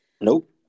Nope